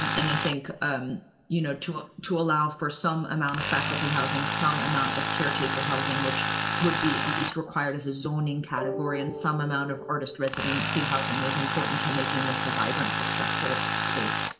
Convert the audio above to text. and i think um you know to ah to allow for some amount of faculty housing, some amount of caretaker housing, which would be at least required as a zoning category. and some amount of artist residency housing is important to making this vibrant, successful space.